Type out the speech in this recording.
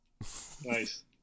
Nice